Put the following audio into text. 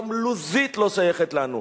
גם לוזית לא שייכת לנו.